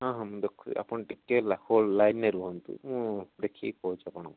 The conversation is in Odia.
ହଁ ମୁଁ ଦେଖୁଛି ଆପଣ ଟିକିଏ ହୋଲ୍ଡ ଲାଇନରେ ରୁହନ୍ତୁ ମୁଁ ଦେଖିକି କହୁଛି ଆପଣଙ୍କୁ